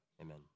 amen